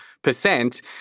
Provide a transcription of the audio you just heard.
percent